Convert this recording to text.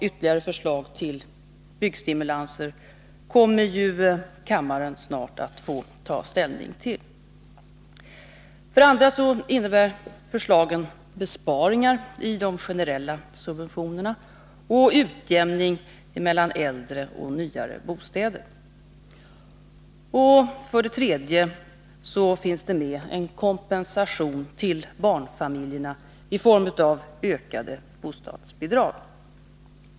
Ytterligare förslag till byggstimulanser kommer ju kammaren snart att få ta ställning till. För det andra innebär förslagen besparingar i de generella subventionerna och utjämning mellan äldre och nyare bostäder. För det tredje ges kompensation till barnfamiljerna i form av ökade bostadsbidrag.